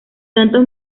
tanto